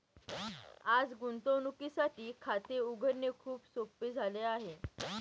आज गुंतवणुकीसाठी खाते उघडणे खूप सोपे झाले आहे